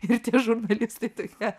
ir tie žurnalistai tokie